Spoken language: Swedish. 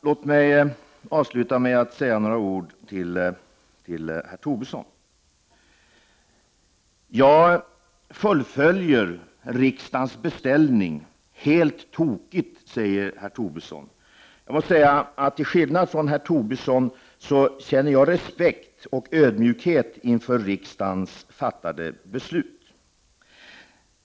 Låt mig avsluta med att säga några ord till herr Tobisson. Jag fullföljer riksdagens beställning helt tokigt, säger herr Tobisson. Till skillnad från herr Tobisson känner jag respekt och ödmjukhet inför riksdagens fattade beslut.